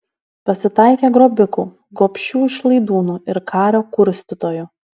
pasitaikė grobikų gobšių išlaidūnų ir karo kurstytojų